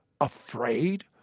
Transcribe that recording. afraid